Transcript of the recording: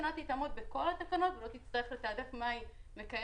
כדי שנת"י תוכל לעמוד בכל התקנות ולא תצטרך לתעדף ביניהן,